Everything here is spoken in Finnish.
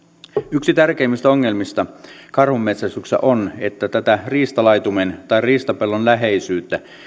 yksi tärkeimmistä ongelmista karhunmetsästyksessä on että tätä riistalaitumen tai riistapellon läheisyyttä